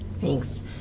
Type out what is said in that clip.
Thanks